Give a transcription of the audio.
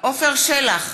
עפר שלח,